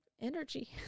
energy